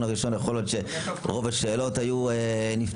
הראשון יכול להיות שרוב השאלות היו נפתרות.